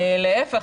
להיפך,